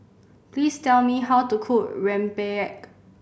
please tell me how to cook rempeyek